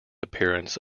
appearance